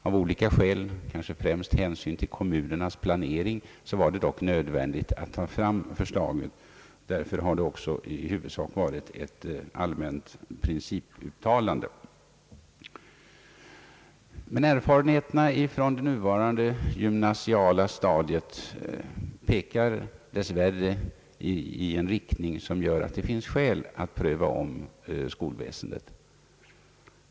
Av olika skäl — kanske främst hänsyn till kom riktlinjer för det frivilliga skolväsendet munernas planering — var det dock nödvändigt att få fram förslaget. Därför har det också i huvudsak blivit ett allmänt principuttalande. Erfarenheterna från det nuvarande gymnasiala stadiet pekar dess värre i en riktning, som gör att det finns skäl att pröva om skolväsendet.